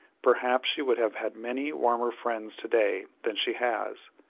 perhaps she would have had many warmer friends to-day than she has.